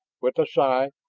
with a sigh,